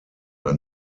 ein